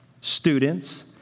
students